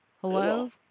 Hello